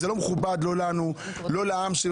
זה לא מכובד לא לנו ולא לעם.